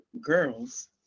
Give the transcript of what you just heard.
girls